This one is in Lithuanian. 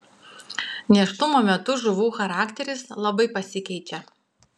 nėštumo metu žuvų charakteris labai pasikeičia